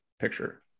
picture